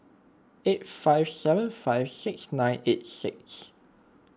eight five seven five six nine eight six